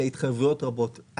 אלה התחייבויות רבות.